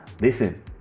listen